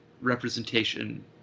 representation